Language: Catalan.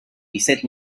disset